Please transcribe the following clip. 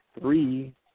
three